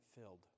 filled